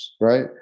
right